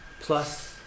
plus